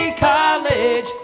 college